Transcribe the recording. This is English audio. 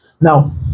Now